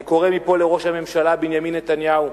אני קורא מפה לראש הממשלה בנימין נתניהו,